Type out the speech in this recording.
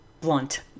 blunt